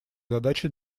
задачей